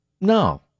no